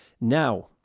Now